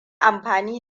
amfani